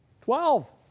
Twelve